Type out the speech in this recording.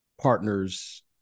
partners